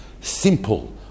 simple